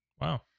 wow